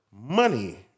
money